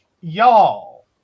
y'all